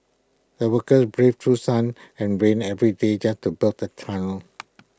the workers braved through sun and rain every day just to build the tunnel